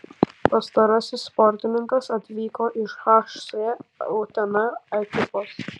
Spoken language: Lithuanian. pastarasis sportininkas atvyko iš hc utena ekipos